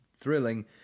thrilling